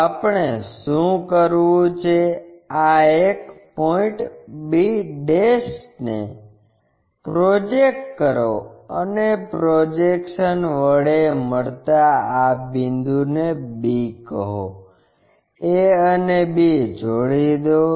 તો આપણે શું કરવું છે આ એક પોઇન્ટ b ને પ્રોજેકટ કરો અને પ્રોજેકશન વડે મળતાં આ બિંદુને b કહો a અને b જોડી દો